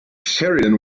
sheridan